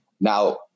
Now